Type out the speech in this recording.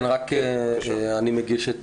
אני מגיש את